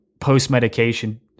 post-medication